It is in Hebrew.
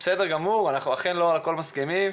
אנחנו אכן לא על הכול מסכימים.